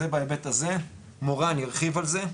זה בהיבט הזה, מורן ירחיב על זה.